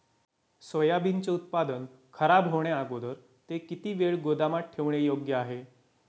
सोयाबीनचे उत्पादन खराब होण्याअगोदर ते किती वेळ गोदामात ठेवणे योग्य आहे?